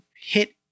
hit